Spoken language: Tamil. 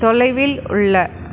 தொலைவில் உள்ள